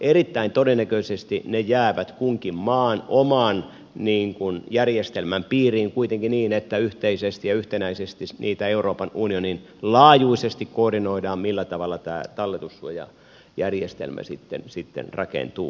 erittäin todennäköisesti ne jäävät kunkin maan oman järjestelmän piiriin kuitenkin niin että yhteisesti ja yhtenäisesti euroopan unionin laajuisesti koordinoidaan millä tavalla tämä talletussuojajärjestelmä sitten rakentuu